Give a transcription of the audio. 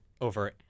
over